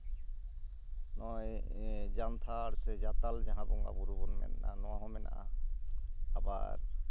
ᱱᱚᱜᱼᱚᱭ ᱡᱟᱱᱛᱷᱟᱲ ᱥᱮ ᱡᱟᱛᱟᱞ ᱡᱟᱦᱟᱸ ᱵᱚᱸᱜᱟ ᱵᱳᱨᱳ ᱵᱚᱱ ᱢᱮᱱᱫᱟ ᱱᱚᱣᱟ ᱦᱚᱸ ᱢᱮᱱᱟᱜᱼᱟ ᱟᱵᱟᱨ